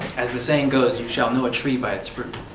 as the saying goes, you shall know a tree by its fruit.